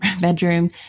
bedroom